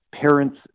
parents